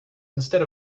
instead